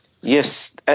Yes